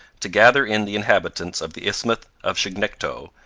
to gather in the inhabitants of the isthmus of chignecto,